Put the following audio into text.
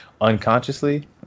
unconsciously